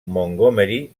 montgomery